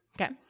Okay